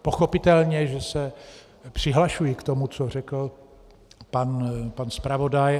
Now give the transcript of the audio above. Pochopitelně se přihlašuji k tomu, co řekl pan zpravodaj.